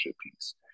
piece